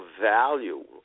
value